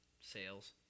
sales